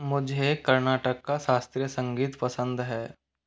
मुझे कर्नाटक का शास्त्रीय संगीत पसंद है